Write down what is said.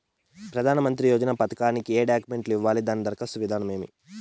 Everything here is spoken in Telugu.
ప్రధానమంత్రి యోజన పథకానికి ఏ డాక్యుమెంట్లు ఇవ్వాలి దాని దరఖాస్తు విధానం ఏమి